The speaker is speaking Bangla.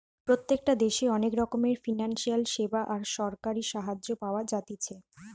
প্রত্যেকটা দেশে অনেক রকমের ফিনান্সিয়াল সেবা আর সরকারি সাহায্য পাওয়া যাতিছে